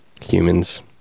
Humans